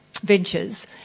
ventures